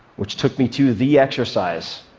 which took me to the exercise,